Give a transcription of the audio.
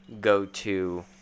go-to